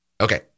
Okay